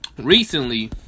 Recently